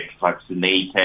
vaccinated